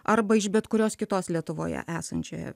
arba iš bet kurios kitos lietuvoj esančioje